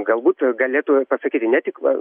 galbūt galėtų pasakyti ne tik va